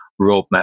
roadmap